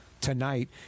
tonight